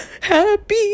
happy